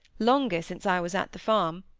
longer since i was at the farm.